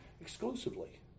exclusively